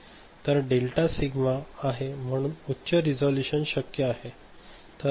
तर delta sigma आहे म्हणून उच्च रिझोल्यूशन शक्य आहे